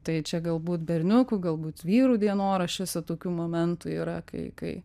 tai čia galbūt berniukų galbūt vyrų dienoraščiuose tokių momentų yra kai kai